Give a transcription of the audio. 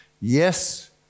Yes